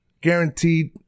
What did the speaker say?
guaranteed